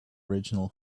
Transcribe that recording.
original